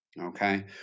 Okay